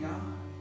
God